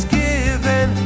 given